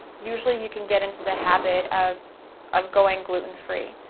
usually you can get into the habit of of going gluten free.